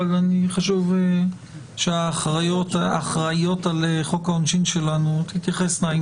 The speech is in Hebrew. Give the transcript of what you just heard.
חשוב שהאחראיות על חוק העונשין שלנו תתייחסנה האם